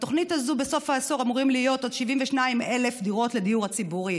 בתוכנית הזאת בסוף העשור אמורות להיות עוד 72,000 דירות לדיור הציבורי.